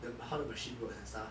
the how the machine works and stuff